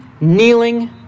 kneeling